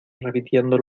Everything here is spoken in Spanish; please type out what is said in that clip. repitiendo